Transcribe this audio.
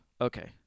Okay